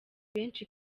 benshi